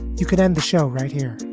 you could end the show right here.